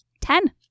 Ten